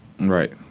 Right